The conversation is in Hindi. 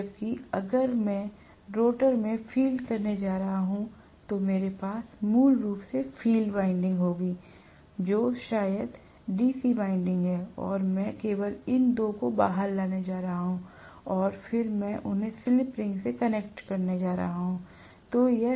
जबकि अगर मैं रोटर में फील्ड करने जा रहा हूं तो मेरे पास मूल रूप से फील्ड वाइंडिंग होगी जो शायद डीसी वाइंडिंग है और मैं केवल इन 2 को बाहर लाने जा रहा हूं और फिर मैं उन्हें स्लिप रिंग से कनेक्ट करने जा रहा हूं